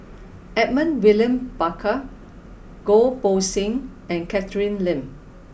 Edmund William Barker Goh Poh Seng and Catherine Lim